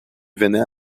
venait